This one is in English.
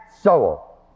soul